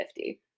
50